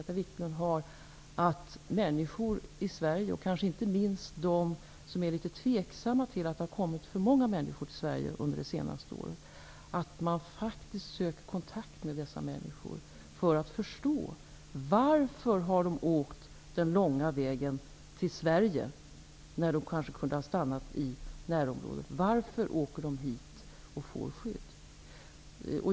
Det vore bra om människor i Sverige, kanske inte minst de som tycker att det har kommit för många flyktingar till Sverige under de senaste åren, faktiskt sökte kontakt med dessa flyktingar för att förstå varför de har åkt den långa vägen till Sverige, när de kanske kunde ha stannat i närområdet, varför de åker hit och varför de får skydd.